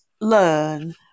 learn